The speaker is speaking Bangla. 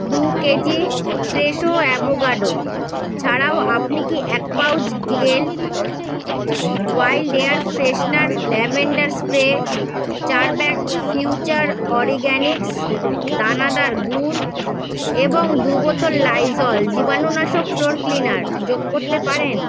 দু কেজি ফ্রেশো অ্যাভোকাডো ছাড়াও আপনি কি এক pouch gold wild air freshener lavender spray চার ব্যাগ ফিউচার অরগ্যানিক্স দানাদার গুড় এবং দু বোতল লাইজল জীবাণুনাশক ফ্লোর ক্লিনার যোগ করতে পারেন